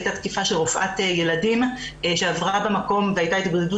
הייתה תקיפה של רופאת ילדים שעברה במקום והייתה התגודדות